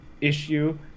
issue